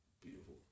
beautiful